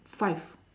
five